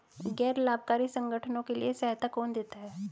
गैर लाभकारी संगठनों के लिए सहायता कौन देता है?